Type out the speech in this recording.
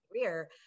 career